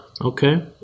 okay